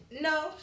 No